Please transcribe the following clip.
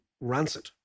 rancid